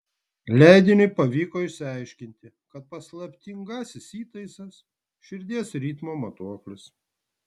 leidiniui pavyko išsiaiškinti kad paslaptingasis įtaisas širdies ritmo matuoklis